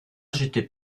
j’étais